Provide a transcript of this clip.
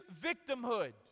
victimhood